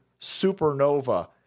supernova